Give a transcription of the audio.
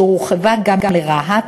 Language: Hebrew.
שהורחבה גם לרהט,